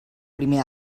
primer